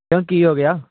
ਕਿ ਕੀ ਹੋ ਗਿਆ